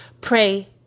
pray